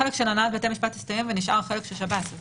החלק של הנהלת בתי המשפט הסתיים ונותר החלק של השב"ס.